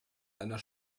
einer